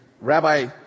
Rabbi